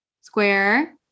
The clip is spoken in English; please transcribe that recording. Square